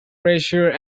pressure